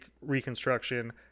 reconstruction